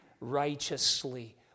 righteously